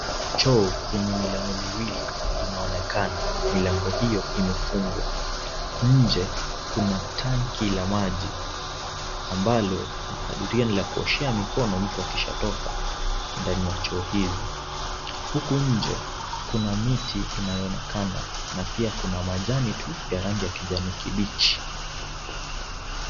Choo yenye milango miwili , inaonekana. Milango hiyo imefungwa. Inje kuna tanki la maji , ambalo nakadiria la kuoshea mikono, mtu akishatoka ndani ya choo hizi .Huku nje kuna mamiti inayoonekana na pia kuna majani tu ya rangi ya kijani kibichi.